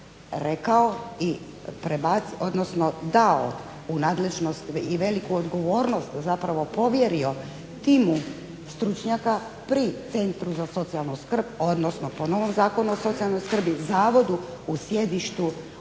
rekao i dao u nadležnost i veliku odgovornost zapravo povjerio timu stručnjaka pri centru za socijalnu skrb odnosno po novom Zakonu o socijalnoj skrbi zavodu u središtu županije